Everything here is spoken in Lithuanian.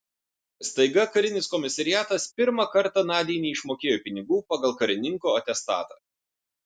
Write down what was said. staiga karinis komisariatas pirmą kartą nadiai neišmokėjo pinigų pagal karininko atestatą